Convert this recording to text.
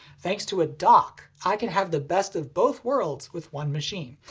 thanks to a dock, i can have the best of both worlds with one machine.